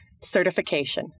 certification